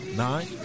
nine